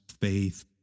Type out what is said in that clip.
faith